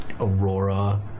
aurora